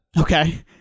Okay